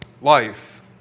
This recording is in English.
life